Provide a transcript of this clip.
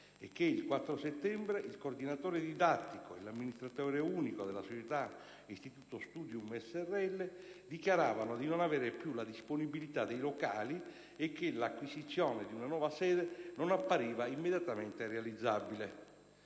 e che il 4 settembre il coordinatore didattico e l'amministratore unico della società "Istituto Studium s.r.l." «dichiaravano di non avere più la disponibilità dei locali e che l'acquisizione di una nuova sede non appariva immediatamente realizzabile».